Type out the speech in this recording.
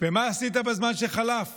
ומה עשית בזמן שחלף